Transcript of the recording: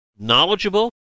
knowledgeable